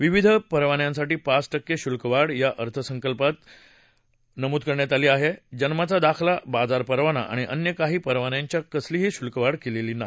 विविध परवान्यांसाठी पाच टक्के शुल्क वाढ या अर्थसंकल्पांत सुचवली आहे मात्र जन्माचा दाखला बाजार परवाना आणि अन्य काही परवान्यांत कसलिही शुल्कवाढ केलेली नाही